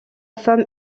femme